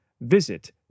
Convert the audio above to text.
Visit